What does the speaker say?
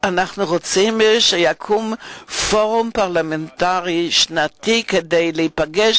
אנחנו רוצים להקים פורום פרלמנטרי שנתי כדי להיפגש